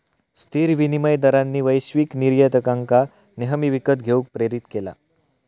स्थिर विनिमय दरांनी वैश्विक निर्यातकांका नेहमी विकत घेऊक प्रेरीत केला